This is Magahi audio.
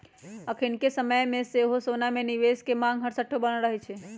अखनिके समय में सेहो सोना में निवेश के मांग हरसठ्ठो बनल रहै छइ